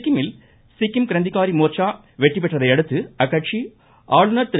சிக்கிமில் சிக்கிம் கிரந்திக்காரி மோர்ச்சா வெற்றி பெற்றதையடுத்து அக்கட்சி ஆளுநர் திரு